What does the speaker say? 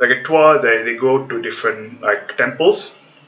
like a tour they they go to different like temples